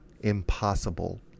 impossible